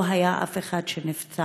לא היה אף אחד שנפצע,